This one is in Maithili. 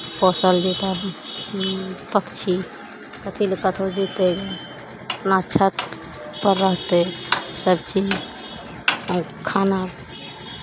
पोसल जेतह तब पक्षी कथी लए कतहु जेतै अपना छतपर रहतै सभचीज आओर खाना